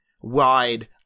wide